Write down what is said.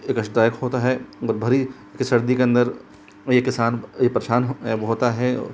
कष्टदायक होता है भरी सर्दी के अंदर एक किसान परेशान होता है